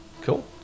Cool